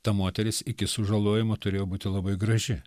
ta moteris iki sužalojimo turėjo būti labai graži